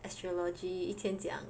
astrology 一天讲